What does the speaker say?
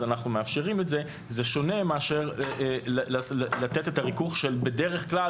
אז אנחנו מאפשרים את זה זה שונה מאשר לתת את הריכוך של בדרך כלל